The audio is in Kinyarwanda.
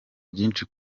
byinshi